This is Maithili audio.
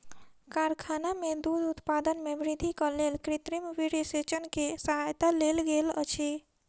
कारखाना में दूध उत्पादन में वृद्धिक लेल कृत्रिम वीर्यसेचन के सहायता लेल गेल अछि